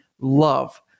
love